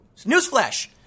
Newsflash